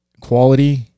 quality